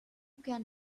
can